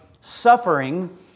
suffering